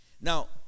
Now